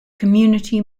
community